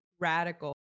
radical